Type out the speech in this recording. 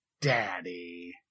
Daddy